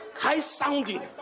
high-sounding